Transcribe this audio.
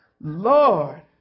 Lord